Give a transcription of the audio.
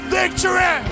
victory